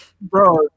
Bro